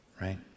right